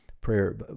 Prayer